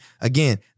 again